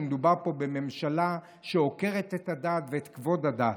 מדובר פה בממשלה שעוקרת את הדת ואת כבוד הדת.